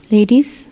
Ladies